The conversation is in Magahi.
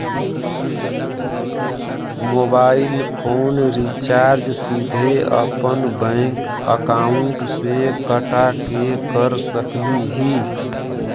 मोबाईल फोन रिचार्ज सीधे अपन बैंक अकाउंट से कटा के कर सकली ही?